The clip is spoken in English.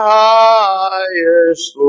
highest